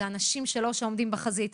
זה אנשים שלו שעומדים בחזית,